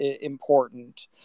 important